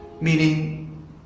meaning